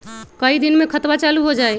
कई दिन मे खतबा चालु हो जाई?